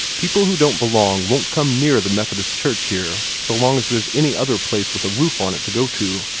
people who don't belong won't come near the methodist church here so long as there's any other place with a roof on it to go to.